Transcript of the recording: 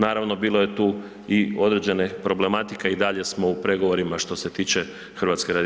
Naravno, bilo je tu i određene problematike, i dalje smo u pregovorima što se tiče HRT-a,